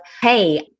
hey